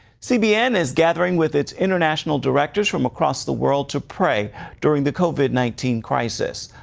cbn is gathering with its international directors from across the world to pray during the covid nineteen crisis.